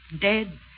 dead